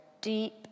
deep